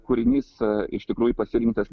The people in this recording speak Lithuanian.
kūrinys iš tikrųjų pasirinktas